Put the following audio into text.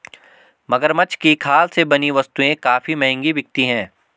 मगरमच्छ की खाल से बनी वस्तुएं काफी महंगी बिकती हैं